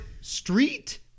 Street